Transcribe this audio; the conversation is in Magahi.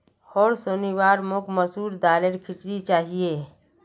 होर शनिवार मोक मसूर दालेर खिचड़ी चाहिए